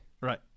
Right